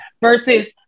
versus